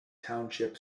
township